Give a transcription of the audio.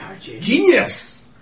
Genius